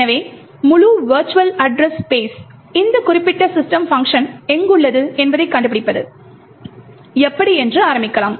எனவே முழு virtual address space இந்த குறிப்பிட்ட system பங்க்ஷன் எங்குள்ளது என்பதைக் கண்டுபிடிப்பது எப்படி என்று ஆரம்பிக்கலாம்